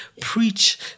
Preach